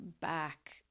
back